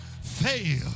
fail